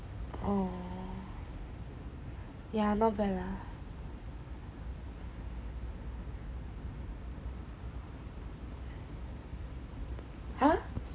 oh ya not bad lah